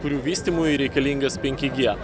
kurių vystymui reikalingas penki gie